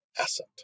asset